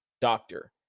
doctor